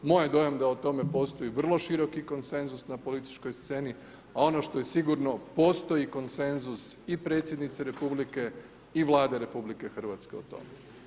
Moj je dojam da o tome postoji vrlo široki konsenzus na političkoj sceni a ono što je sigurno postoji konsenzus i predsjednice Republike i Vlade RH o tome.